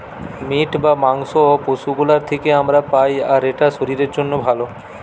meet বা মাংস পশু গুলোর থিকে আমরা পাই আর এটা শরীরের জন্যে ভালো